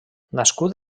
nascut